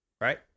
right